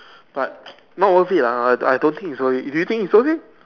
but not worth it lah I I don't think it's worth it do you think is worth it